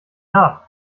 nach